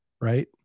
right